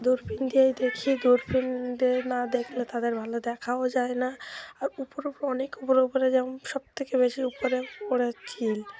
দূরবিন দিয়েই দেখি দূরবিন দিয়ে না দেখলে তাদের ভালো দেখাও যায় না আর উপর উপর অনেক উপর উপরে যেমন সবথেকে বেশি উপরে ওড়ে চিল